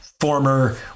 former